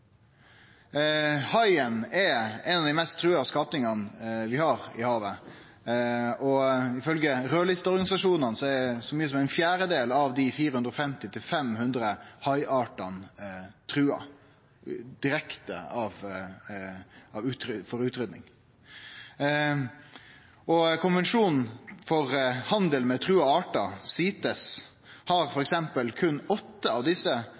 Haien er ein av dei mest trua skapningane vi har i havet, og ifølgje rødliste-organisasjonane er så mykje som en fjerdedel av dei 450–500 haiartane trua direkte av utrydding. Konvensjonen for handel med trua artar, CITES, har f.eks. berre åtte av